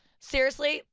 seriously,